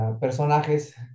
personajes